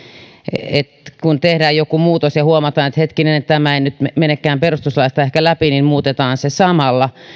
että kun tehdään joku muutos ja huomataan että hetkinen tämä ei nyt menekään perustuslaista ehkä läpi niin muutetaan sitä samalla